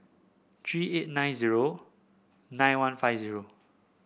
three eight nine zero nine one five zero